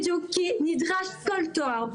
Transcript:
בדיוק כי נדרש כל תואר,